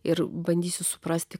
ir bandysiu suprasti